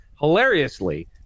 hilariously